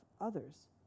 others